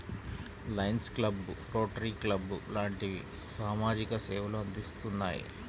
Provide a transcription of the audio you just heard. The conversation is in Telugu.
లయన్స్ క్లబ్బు, రోటరీ క్లబ్బు లాంటివి సామాజిక సేవలు అందిత్తున్నాయి